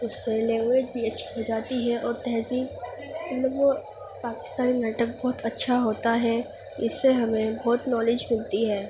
اس سے لینگویج بھی اچھی ہو جاتی ہے اور تہذیب مطلب وہ پاکستانی میٹر بہت اچھا ہوتا ہے اس سے ہمیں بہت نالج ملتی ہے